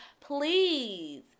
please